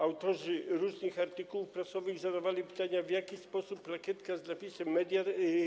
Autorzy różnych artykułów prasowych zadawali pytania, w jaki sposób plakietkę z napisem „media”